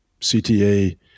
CTA